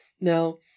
Now